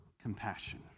compassion